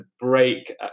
break